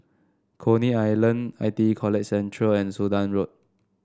Coney Island I T E College Central and Sudan Road